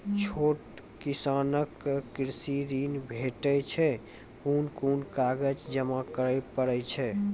छोट किसानक कृषि ॠण भेटै छै? कून कून कागज जमा करे पड़े छै?